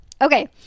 Okay